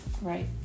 Right